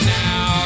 now